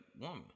woman